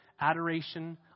adoration